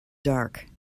dark